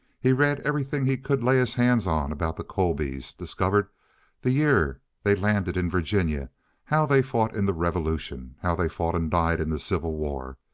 he read everything he could lay his hands on about the colbys. discovered the year they landed in virginia how they fought in the revolution how they fought and died in the civil war.